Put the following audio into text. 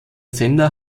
sender